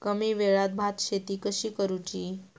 कमी वेळात भात शेती कशी करुची?